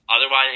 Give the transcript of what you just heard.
Otherwise